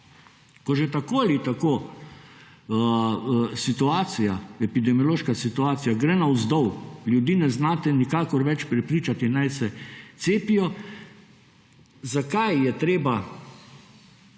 ko že tako ali tako situacija, epidemiološka situacija gre navzdol, ljudi ne znate nikakor več prepričati naj se cepijo, zakaj je treba na